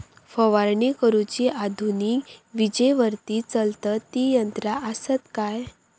फवारणी करुची आधुनिक विजेवरती चलतत ती यंत्रा आसत काय?